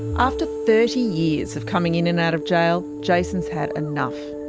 after thirty years of coming in and out of jail, jason has had enough.